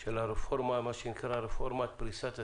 של רפורמת פריסת הסיבים.